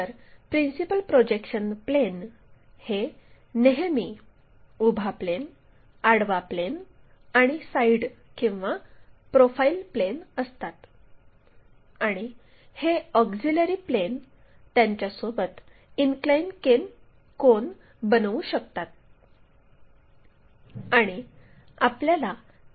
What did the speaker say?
तर principal projection plane हे नेहमी उभा प्लेन आडवा प्लेन आणि साइड किंवा प्रोफाइल प्लेन असतात आणि हे ऑक्झिलिअरी प्लेन त्यांच्यासोबत इनक्लाइन कोन बनवू शकतात